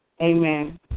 Amen